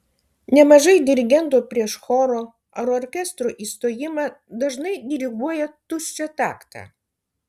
nemažai dirigentų prieš choro ar orkestro įstojimą dažnai diriguoja tuščią taktą